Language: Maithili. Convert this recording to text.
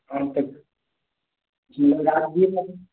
हम तऽ राजगीरमे